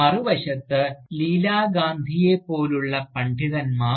മറുവശത്ത് ലീലാ ഗാന്ധിയെപ്പോലുള്ള പണ്ഡിതന്മാർ